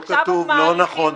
לא כתוב, לא נכון.